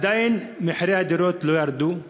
עדיין מחירי הדירות לא ירדו,